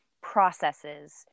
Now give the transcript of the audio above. processes